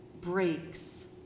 breaks